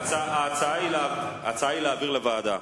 ההצעה היא להעביר לוועדה.